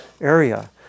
area